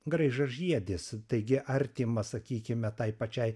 graižažiedis taigi artimas sakykime tai pačiai